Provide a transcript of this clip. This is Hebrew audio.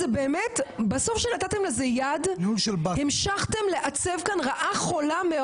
בסוף כשנתתם לזה יד, המשכתם לעצב כאן רעה חולה.